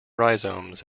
rhizomes